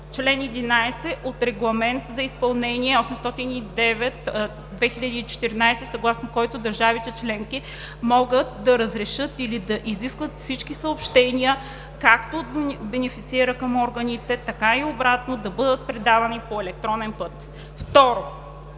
чл. 11 от Регламент за изпълнение № 809/2014, съгласно който държавите членки могат да разрешат или да изискват всички съобщения както от бенефициера към органите, така и обратно да бъдат предавани по електронен път. 2.